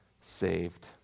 saved